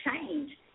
change